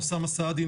אוסאמה סעדי,